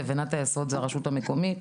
לבנת היסוד זה הרשות המקומית.